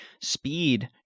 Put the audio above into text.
speed